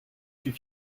suis